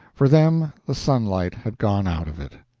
for them the sunlight had gone out of it.